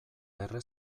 erre